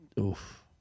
oof